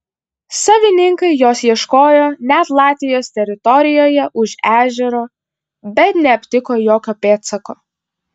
savininkai jos ieškojo net latvijos teritorijoje už ežero bet neaptiko jokio pėdsako